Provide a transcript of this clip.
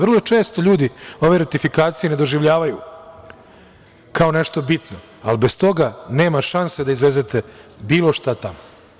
Vrlo često ljudi ove ratifikacije ne doživljavaju kao nešto bitno, ali bez toga nema šanse da izvezete bilo šta tamo.